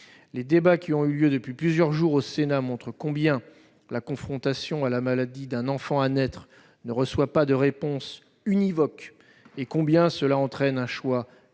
Les débats qui ont eu lieu depuis plusieurs jours au Sénat montrent combien la confrontation à la maladie d'un enfant à naître ne reçoit pas de réponse univoque, combien elle entraîne un choix